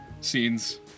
scenes